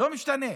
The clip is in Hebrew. לא משתנה.